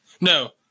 No